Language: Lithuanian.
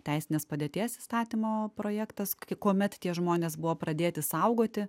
teisinės padėties įstatymo projektas kuomet tie žmonės buvo pradėti saugoti